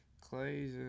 Clay's